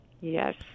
Yes